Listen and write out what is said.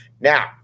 Now